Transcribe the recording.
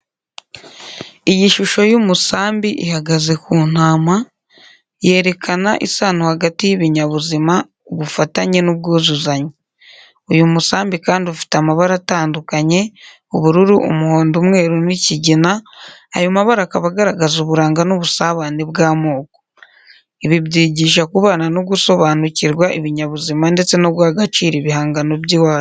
Iyi shusho y’umusambi ihagaze ku ntama, yerekana isano hagati y’ibinyabuzima, ubufatanye n’ubwuzuzanye. IUyu musambi kandi ufite amabara atandukanye: ubururu, umuhondo, umweru n’ikigina, ayo mabara akaba agaragaza uburanga n’ubusabane bw’amoko. Ibi byigisha kubana no gusobanukirwa ibinyabuzima ndetse no guha agaciro ibihangano by’iwacu.